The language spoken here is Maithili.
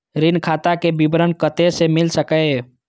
ऋण खाता के विवरण कते से मिल सकै ये?